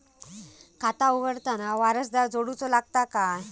खाता उघडताना वारसदार जोडूचो लागता काय?